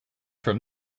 from